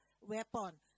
weapon